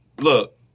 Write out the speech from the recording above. Look